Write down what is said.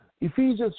Ephesians